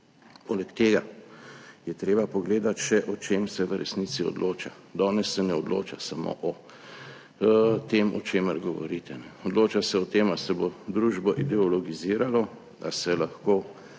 Poleg tega je treba pogledati še o čem se v resnici odloča. Danes se ne odloča samo o tem, o čemer govorite. Odloča se o tem ali se bo družbo ideologiziralo, a se lahko